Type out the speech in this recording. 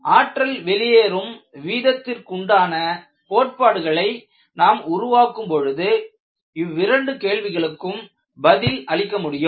ஆற்றல் வெளியேறும் வீதத்திற்குண்டான கோட்பாடுகளை நாம் உருவாக்கும் பொழுது இவ்விரண்டு கேள்விகளுக்கும் பதிலளிக்க முடியும்